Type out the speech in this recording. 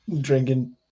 drinking